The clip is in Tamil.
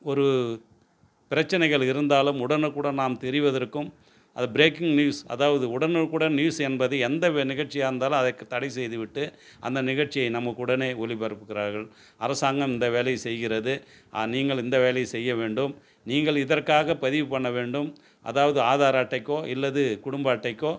ஒரு பிரச்சனைகள் இருந்தாலும் உடனுக்குடன் நாம் தெரிவதற்கும் அது பிரேக்கிங் நியூஸ் அதாவது உடனுக்குடன் நியூஸ் என்பது எந்த நிகழ்ச்சியாக இருந்தாலும் அதற்கு தடைசெய்து விட்டு அந்த நிகழ்ச்சியை நமக்கு உடனே ஒளிபரப்புகிறார்கள் அரசாங்கம் இந்த வேலையை செய்கிறது நீங்கள் இந்த வேலையை செய்ய வேண்டும் நீங்கள் இதற்காக பதிவு பண்ண வேண்டும் அதாவது ஆதார் அட்டைக்கோ அல்லது குடும்ப அட்டைக்கோ